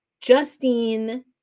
Justine